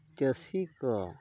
ᱪᱟᱹᱥᱤ ᱠᱚ